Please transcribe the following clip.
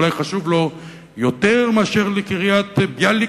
אולי חשוב לו יותר מאשר לקריית-ביאליק